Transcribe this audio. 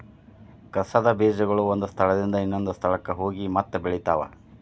ಕಸದ ಬೇಜಗಳು ಒಂದ ಸ್ಥಳದಿಂದ ಇನ್ನೊಂದ ಸ್ಥಳಕ್ಕ ಹೋಗಿ ಮತ್ತ ಬೆಳಿತಾವ